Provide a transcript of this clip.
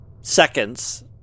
seconds